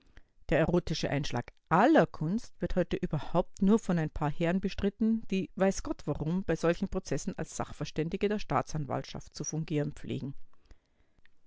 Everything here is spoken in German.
der erotische einschlag aller kunst wird heute überhaupt nur von ein paar herren bestritten die weiß gott warum bei solchen prozessen als sachverständige der staatsanwaltschaft zu fungieren pflegen